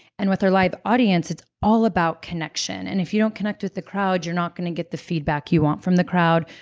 and with our live audience, it's all about connection. and if you don't connect with the crowd you're not going to get the feedback you want from the crowd,